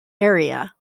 area